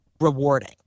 rewarding